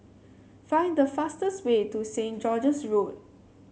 find the fastest way to Saint George's Road